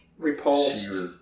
Repulsed